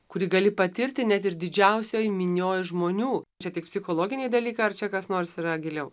kurį gali patirti net ir didžiausioj minioj žmonių čia tik psichologiniai dalykai ar čia kas nors yra giliau